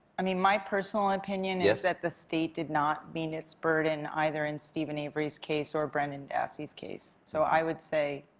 i mean, my personal opinion is that the state did not meet its burden either in steven avery's case or brendan dassey's case. so i would say,